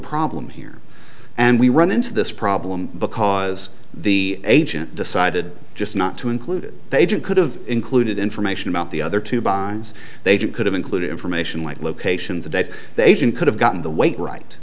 problem here and we run into this problem because the agent decided just not to include the agent could have included information about the other two binds they could have included information like locations of dates they could have gotten the weight right